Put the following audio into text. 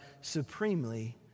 supremely